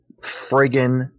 friggin